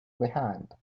behind